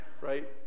right